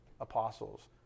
apostles